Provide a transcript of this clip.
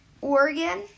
Oregon